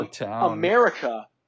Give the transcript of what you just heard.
America